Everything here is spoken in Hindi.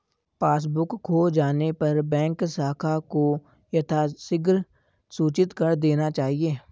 पासबुक खो जाने पर बैंक शाखा को यथाशीघ्र सूचित कर देना चाहिए